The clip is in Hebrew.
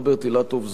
רוברט אילטוב,